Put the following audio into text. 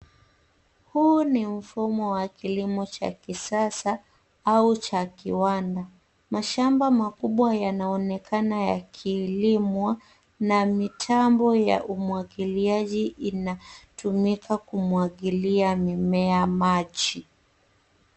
Huu ni mfumo wa kilimo cha kisasa au cha kiwanda. Mashamba makubwa yanaonekana yakilimwa na mitambo ya umwagiliaji inatumika kumwagilia mimea maji.